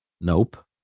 Nope